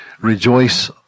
Rejoice